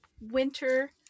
winter